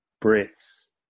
breaths